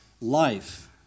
life